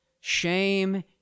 Shame